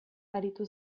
aritu